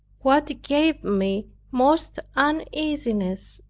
what gave me most uneasiness,